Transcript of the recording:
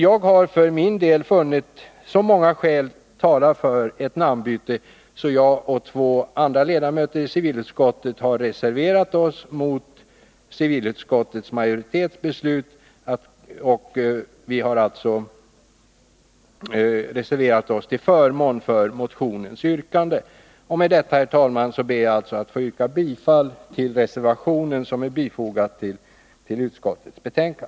Jag har för min del funnit så många skäl tala för ett namnbyte att jag, tillsammans med två andra ledamöter i civilutskottet, har reserverat mig mot civilutskottets majoritetsbeslut och till förmån för motionens yrkande. Med detta, herr talman, ber jag att få yrka bifall till den reservation som är fogad vid utskottets betänkande.